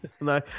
No